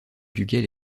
duquel